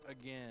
again